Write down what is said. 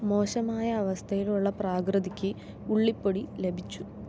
മോശമായ അവസ്ഥയിലുള്ള പ്രാകൃതിക്ക് ഉള്ളിപ്പൊടി ലഭിച്ചു